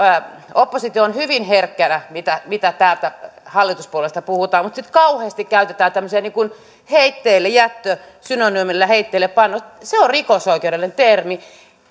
oppositio on hyvin herkkänä siinä mitä täältä hallituspuolueesta puhutaan mutta sitten kauheasti käytetään tämmöisiä termejä kuin heitteillejättö synonyymillä heitteillepano se on rikosoikeudellinen termi